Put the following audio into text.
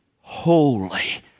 holy